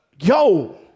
yo